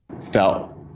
felt